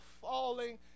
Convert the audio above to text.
falling